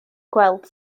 gweld